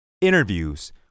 Interviews